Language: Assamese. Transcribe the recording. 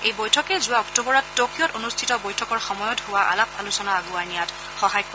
এই বৈঠকে যোৱা অক্টোৱৰত টকিঅ'ত অনুষ্ঠিত বৈঠকৰ সময়ত হোৱা আলাপ আলোচনা আগুৱাই নিয়াত সহায় কৰিব